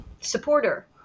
supporter